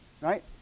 Right